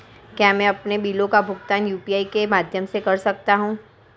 क्या मैं अपने बिलों का भुगतान यू.पी.आई के माध्यम से कर सकता हूँ?